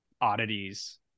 oddities